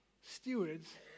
stewards